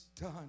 done